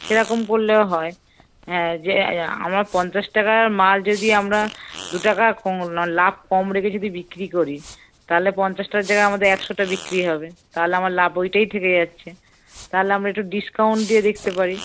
সেরকম করলেও হয় হ্যাঁ যে আমার পঞ্চাশ টাকার মাল যদি আমরা দু টাকা ক কম লাভ কম রেখে যদি বিক্রি করি তাহলে পঞ্চাশটার জায়গায় আমাদের একশোটা বিক্রি হবে তাহলে আমার লাভ ওইটাই থেকে যাচ্ছে তাহলে আমরা একটু ডিসকাউন্ট দিয়ে দেখতে পারি